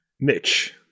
mitch